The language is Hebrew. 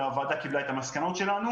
הוועדה קיבלה את המסקנות שלנו